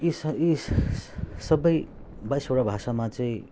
यी स यी स सबै बाइसवटा भाषामा चाहिँ